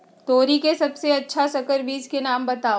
तोरी के सबसे अच्छा संकर बीज के नाम बताऊ?